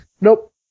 Nope